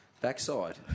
backside